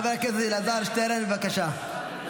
חבר הכנסת אלעזר שטרן, בבקשה.